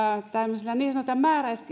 tämmöisellä niin sanotulla